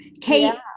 Kate